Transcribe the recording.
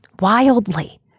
wildly